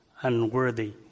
unworthy